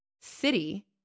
city